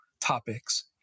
topics